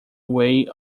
way